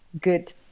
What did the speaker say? good